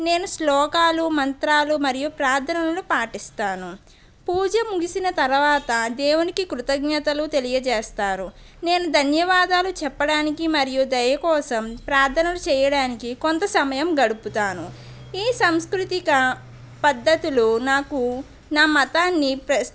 నేను శ్లోకాలు మంత్రాలు మరియు ప్రార్థనలను పాటిస్తాను పూజ ముగిసిన తరువాత దేవునికి కృతజ్ఞతలు తెలియజేస్తారు నేను ధన్యవాదాలు చెప్పడానికి మరియు దయ కోసం ప్రార్థన చేయడానికి కొంత సమయం గడుపుతాను ఈ సాంస్కృతిక పద్ధతులు నాకు నా మతాన్ని ప్రశ్